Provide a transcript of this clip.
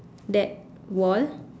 that wall